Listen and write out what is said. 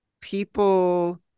people